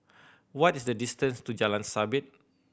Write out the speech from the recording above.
what is the distance to Jalan Sabit